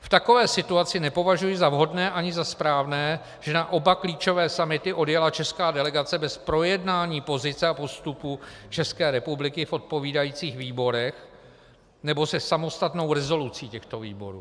V takové situaci nepovažuji za vhodné ani za správné, že na oba klíčové summity odjela česká delegace bez projednání pozice a postupu České republiky v odpovídajících výborech nebo se samostatnou rezolucí těchto výborů.